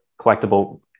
collectible